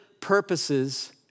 purposes